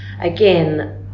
again